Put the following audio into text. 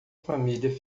família